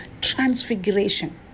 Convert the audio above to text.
Transfiguration